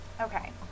okay